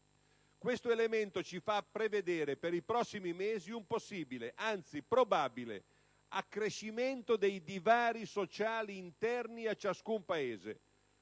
Questo elemento ci fa prevedere per i prossimi mesi un possibile, anzi probabile, accrescimento dei divari sociali interni a ciascun Paese: